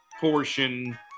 portion